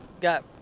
got